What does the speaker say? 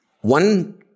One